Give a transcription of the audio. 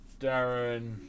Darren